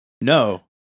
No